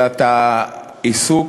את העיסוק